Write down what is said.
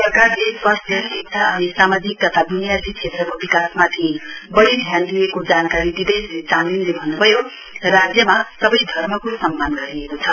सरकारले स्वास्थ्य शिक्षा अनि सामाजिक तथा व्नियादी क्षेत्रको विकासमाथि वढ़ी ध्यान दिएको जानकारी दिँदै श्री चामलिङले भन्नुभयो राज्यमा सवै धर्मको सम्मान गरिएको छ